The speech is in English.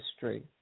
history